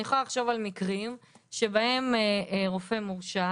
אני יכולה לחשוב על מקרים שבהם רופא מורשע,